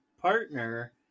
partner